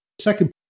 second